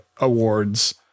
awards